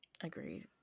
agreed